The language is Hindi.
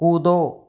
कूदो